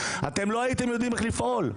אתם לא הייתם יודעים איך לפעול.